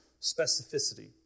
specificity